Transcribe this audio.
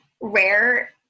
rare